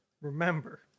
remember